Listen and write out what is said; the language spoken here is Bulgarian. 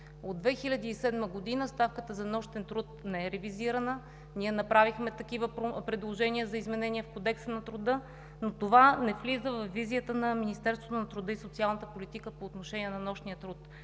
От 2007 г. ставката за нощен труд не е ревизирана. Ние направихме такива предложения за изменения в Кодекса на труда, но това не влиза във визията на Министерството на труда и социалната политика по отношение на нощния труд.